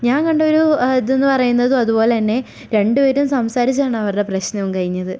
ഞാൻ കണ്ടൊരു ഇതെന്ന് പറയുന്നതും അതുപോലെ തന്നെ രണ്ടു പേരും സംസാരിച്ചാണ് അവരുടെ പ്രശ്നവും കഴിഞ്ഞത്